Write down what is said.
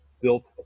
built